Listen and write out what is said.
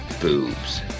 boobs